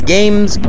Games